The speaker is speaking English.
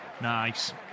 Nice